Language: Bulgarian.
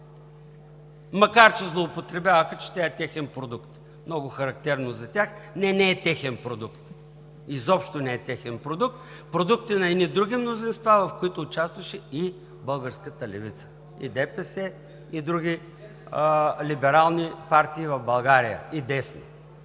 макар че злоупотребяваха, че тя е техен продукт – много характерно за тях. Не, не е техен продукт, изобщо не е техен продукт. Продукт е на едни други мнозинства, в които участваше и българската Левица, и ДПС, и други либерални партии в България, и десни.